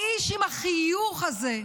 האיש עם החיוך הזה,